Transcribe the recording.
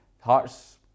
Hearts